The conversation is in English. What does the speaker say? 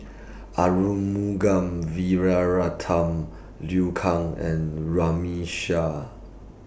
Arumugam Liu Kang and Runme Shaw